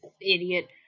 idiot